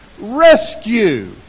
Rescue